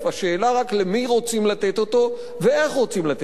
השאלה היא רק למי רוצים לתת אותו ואיך רוצים לתת אותו.